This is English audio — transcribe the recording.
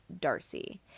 Darcy